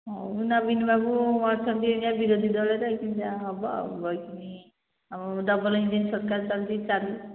ହଉ ନବୀନ ବାବୁ ଅଛନ୍ତି ଏବେ ବିରୋଧୀ ଦଳରେ ଏହିକ୍ଷଣି ଯାହା ହେବ ଆଉ ବସିଛନ୍ତି ଆଉ ଡବଲ ଇଞ୍ଜିନ୍ ସରକାର ଚାଲଛି ଚାଲୁ